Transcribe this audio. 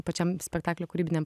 pačiam spektaklio kūrybiniam